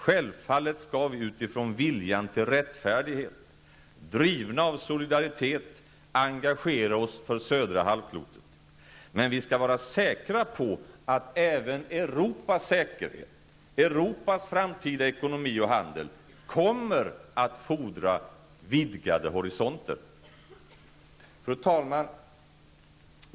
Självfallet skall vi utifrån viljan till rättfärdighet, drivna av solidaritet engagera oss för södra halvklotet, men vi kan vara säkra på att även Europas säkerhet, Europas framtida ekonomi och handel kommer att fordra vidgade horisonter. Fru talman!